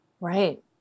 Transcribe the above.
Right